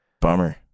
Bummer